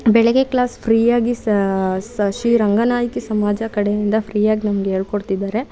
ಬೆಳಗ್ಗೆ ಕ್ಲಾಸ್ ಫ್ರೀಯಾಗಿ ಸ ಶ್ರೀ ರಂಗನಾಯಕಿ ಸಮಾಜ ಕಡೆಯಿಂದ ಫ್ರೀಯಾಗಿ ನಮಗೆ ಹೇಳ್ಕೊಡ್ತಿದ್ದಾರೆ